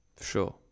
sure